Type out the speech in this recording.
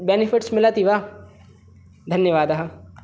benefits मिलति वा धन्यवादः